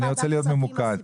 אני רוצה להיות ממוקד.